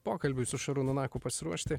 pokalbiui su šarūnu naku pasiruošti